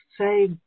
say